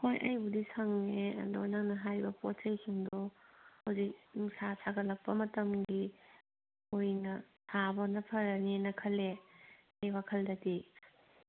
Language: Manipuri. ꯍꯣꯏ ꯑꯩꯕꯨꯗꯤ ꯁꯪꯉꯦ ꯑꯗꯨ ꯅꯪꯅ ꯍꯥꯏꯕ ꯄꯣꯠ ꯆꯩꯁꯤꯡꯗꯣ ꯍꯧꯖꯤꯛ ꯅꯨꯡꯁꯥ ꯁꯥꯒꯠꯂꯛꯄ ꯃꯇꯝꯒꯤ ꯑꯣꯏꯅ ꯊꯥꯕꯅ ꯐꯔꯅꯤꯅ ꯈꯜꯂꯦ ꯑꯩꯒꯤ ꯋꯥꯈꯜꯗꯗꯤ